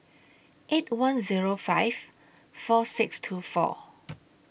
eight one Zero five four six two four